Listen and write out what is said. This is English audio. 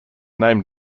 name